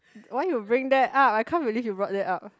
why you bring it up I can't believe you brought that up